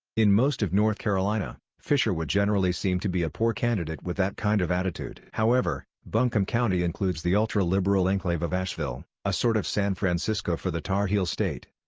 in most of north carolina, fisher would generally seem to be a poor candidate with that kind of attitude. however, buncombe county includes the ultra-liberal enclave of asheville, a sort of san francisco for the tar heel state.